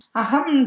aham